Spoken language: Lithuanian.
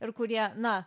ir kurie na